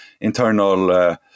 internal